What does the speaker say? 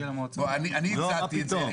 בוא, אני הצעתי את זה.